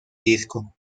disco